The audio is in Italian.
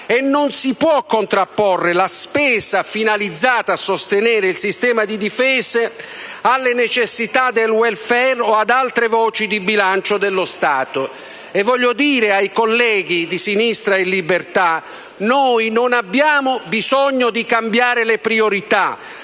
né si può contrapporre la spesa finalizzata a sostenere il sistema di difesa alle necessità del *welfare* o ad altre voci del bilancio dello Stato. Voglio dire ai colleghi di Sinistra e Libertà che noi non abbiamo bisogno di cambiare le priorità: